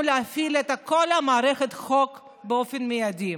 להפעיל את כל מערכת החוק באופן מיידי,